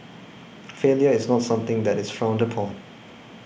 failure is not something that is frowned upon